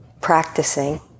practicing